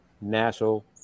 national